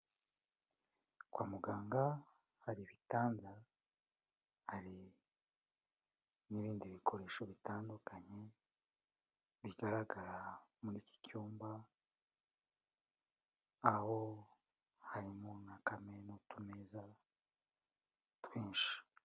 Kwa muganga hari ibitanda hari n'ibindi bikoresho bitandukanye, bigaragara muri iki cyumba, aho harimo nk'akame n'utumeza twinshi.